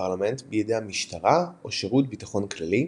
הפרלמנט בידי המשטרה או שירות ביטחון כללי,